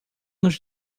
nos